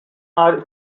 are